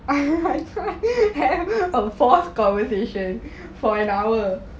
have a forced conversation for an hour